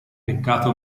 peccato